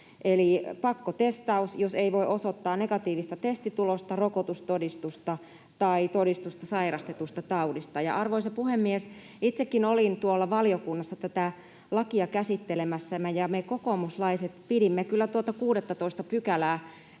eli pakkotestaus, jos ei voi osoittaa negatiivista testitulosta, rokotustodistusta tai todistusta sairastetusta taudista. Arvoisa puhemies! Itsekin olin tuolla valiokunnassa tätä lakia käsittelemässä, ja me kokoomuslaiset pidimme kyllä tuota 16 §:ää